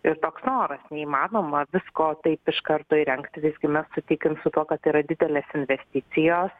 ir toks noras neįmanoma visko taip iš karto įrengti visgi mes sutikim su tuo kad tai yra didelės investicijos